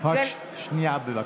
רק שנייה.